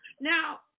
Now